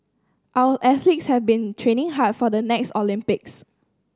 our athletes have been training hard for the next Olympics